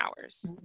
hours